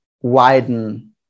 widen